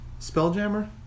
Spelljammer